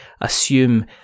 Assume